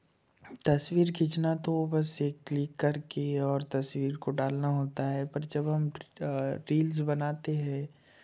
तस्वीर खींचना तो बस एक क्लिक करके और तस्वीर को डालना होता है पर जब हम रील्स बनाते हैं